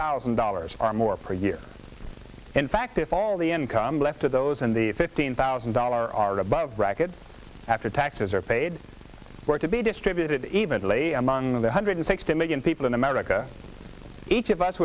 thousand dollars or more per year in fact if all the income left to those in the fifteen thousand dollar or above bracket after taxes are paid work to be distributed evenly among the hundred sixty million people in america each of us